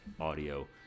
audio